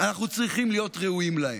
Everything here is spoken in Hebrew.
אנחנו צריכים להיות ראויים להם.